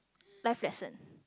life lesson